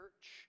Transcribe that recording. Church